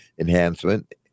enhancement